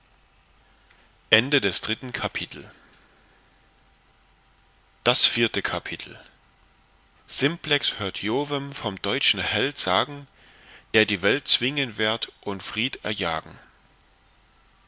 das vierte kapitel simplex hört jovem vom teutschen held sagen der die welt zwingen werd und fried erjagen